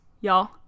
y'all